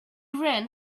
ran